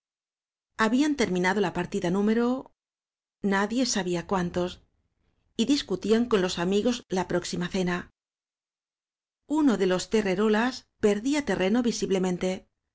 habían terminado la partida número na die sabía cuántos y discutían con los amigos la próxima cena uno de los terrerólas perdía terreno visiblemente